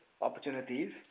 opportunities